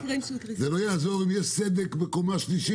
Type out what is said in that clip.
זה לא יעזור אם יש סדק בקומה השלישית,